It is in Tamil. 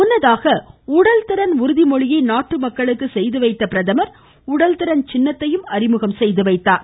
முன்னதாக உடல்திறன் உறுதிமொழியை நாட்டு மக்களுக்கு செய்துவைத்த பிரதமர் உடல்திறன் சின்னத்தையும் அறிமுகப்படுத்தினார்